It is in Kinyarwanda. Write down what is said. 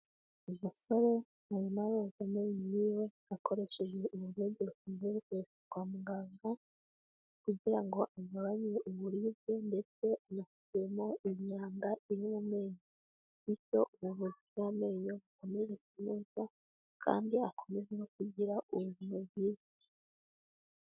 umusoremoroga umu we akoresheje ubugagefungu kwa muganga kugira ngo agabanye uburibwe ndetse anafitemo imyanda i'amenyo bityo ubuvuzi bw'amenyo bukomeze kunza kandi akomeze no kugira ubuzima bwiza